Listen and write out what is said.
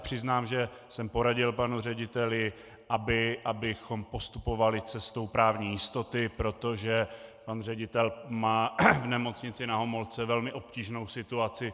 Přiznám se, že jsem poradil panu řediteli, abychom postupovali cestou právní jistoty, protože pan ředitel má v Nemocnici Na Homolce velmi obtížnou situaci.